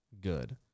good